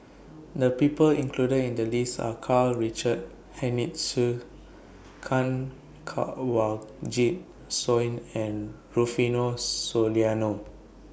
The People included in The list Are Karl Richard Hanitsch Kanwaljit Soin and Rufino Soliano